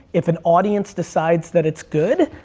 if an audience decides that it's good,